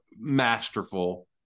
masterful